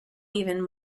even